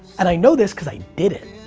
and i know this cause i did it.